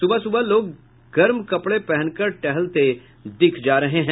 सुबह सुबह लोग गर्म कपड़े पहनकर टहलते देखे जा रहे हैं